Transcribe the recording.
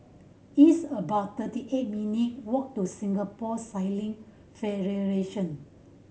it's about thirty eight minute walk to Singapore Sailing Federation